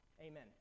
amen